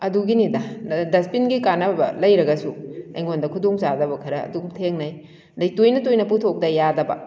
ꯑꯗꯨꯒꯤꯅꯤꯗ ꯗꯁꯕꯤꯟꯒꯤ ꯀꯥꯟꯅꯕ ꯂꯩꯔꯒꯁꯨ ꯑꯩꯉꯣꯟꯗ ꯈꯨꯗꯣꯡ ꯆꯥꯗꯕ ꯈꯔ ꯑꯗꯨꯛ ꯊꯦꯡꯅꯩ ꯑꯗꯩ ꯇꯣꯏꯅ ꯇꯣꯏꯅ ꯄꯨꯊꯣꯛꯇ ꯌꯥꯗꯕ